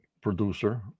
producer